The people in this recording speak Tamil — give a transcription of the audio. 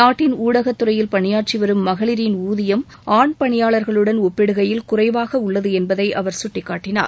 நாட்டின் ஊடகத்துறையில் பணியாற்றி வரும் மகளிரின் ஊதியம் ஆண் பணியாளா்களுடன் ஒப்பிடுகையில் குறைவாக உள்ளது என்பதை அவர் சுட்டிக்காட்டினார்